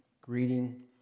greeting